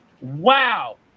Wow